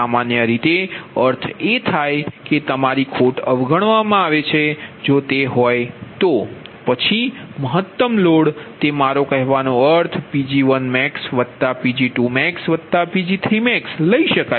સામાન્ય રીતે અર્થ એ થાય કે તમારી ખોટ અવગણવામાં આવે છે જો તે હોય તો પછી મહત્તમ લોડ તે મારો કહેવાનો અર્થ Pg1maxPg2maxPg3max લઇ શકાય